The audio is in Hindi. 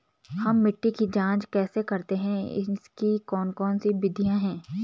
हम मिट्टी की जांच कैसे करते हैं इसकी कौन कौन सी विधियाँ है?